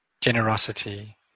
generosity